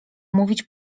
mówić